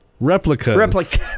Replicas